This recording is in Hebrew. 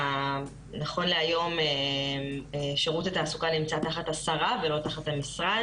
שירות התעסוקה נמצא תחת השרה ולא תחת המשרד,